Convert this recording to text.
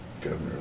governor